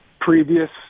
previous